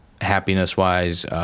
happiness-wise